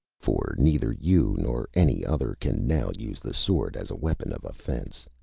for neither you nor any other can now use the sword as a weapon of offense.